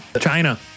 China